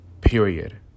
period